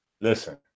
listen